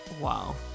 Wow